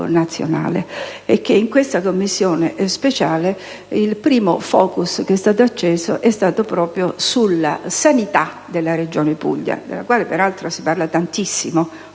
nazionale e che in questa Commissione il primo *focus* è stato acceso proprio sulla sanità della regione Puglia, della quale, peraltro, si parla tantissimo,